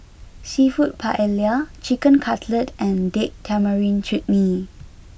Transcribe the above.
Seafood Paella Chicken Cutlet and Date Tamarind Chutney